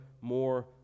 more